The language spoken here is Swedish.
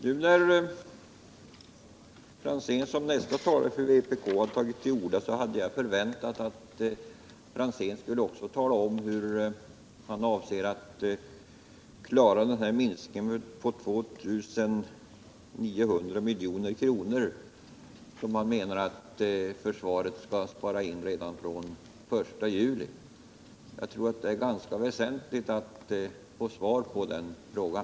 När herr Franzén som nästa talare för vpk tagit till orda, hade jag förväntat att herr Franzén också skulle tala om hur han avser att klara minskningen på 2 900 milj.kr., som vpk anser att försvaret skall spara in redan från 1 juli. Jag tror att det är väsentligt att få svar på den frågan.